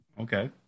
Okay